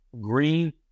green